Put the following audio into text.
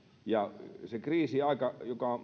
ja kriisiaika